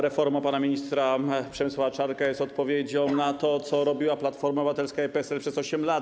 Reforma pana ministra Przemysława Czarnka jest odpowiedzią na to, co robiła Platforma Obywatelska i PSL przez 8 lat.